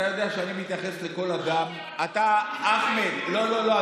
אתה יודע שאני מתייחס לכל אדם, לא, לא.